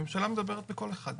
הממשלה מדברת בקול אחד.